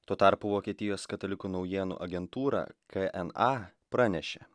tuo tarpu vokietijos katalikų naujienų agentūra k n a pranešė